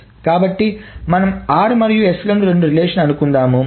కాబట్టి మనం r మరియు s లను రెండు రిలేషన్లు అనుకుందాం